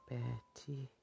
Betty